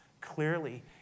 clearly